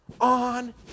on